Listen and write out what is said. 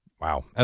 wow